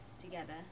together